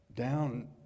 down